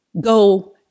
go